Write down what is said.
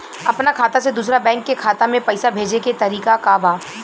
अपना खाता से दूसरा बैंक के खाता में पैसा भेजे के तरीका का बा?